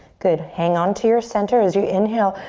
good, hang on to your center. as you inhale,